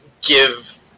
give